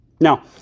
Now